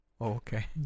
Okay